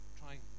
trying